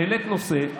העלית נושא,